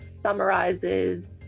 summarizes